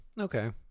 Okay